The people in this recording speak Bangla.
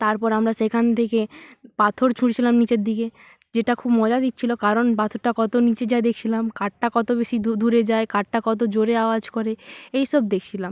তারপর আমরা সেখান থেকে পাথর ছুঁড়ছিলাম নিচের দিকে যেটা খুব মজা দিচ্ছিলো কারণ পাথরটা কতো নিচে যায় দেখছিলাম কারটা কতো বেশি দূরে যায় কারটা কতো জোরে আওয়াজ করে এই সব দেখছিলাম